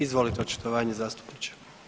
Izvolite očitovanje zastupniče.